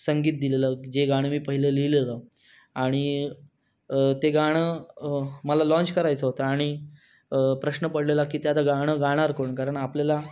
संगीत दिलेलं जे गाणं मी पहिलं लिहिलेलं आणि ते गाणं मला लाँच करायचं होतं आणि प्रश्न पडलेला की ते गाणं गाणार कोण कारण आपल्याला